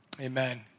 Amen